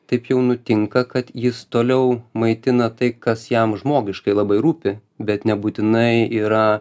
taip jau nutinka kad jis toliau maitina tai kas jam žmogiškai labai rūpi bet nebūtinai yra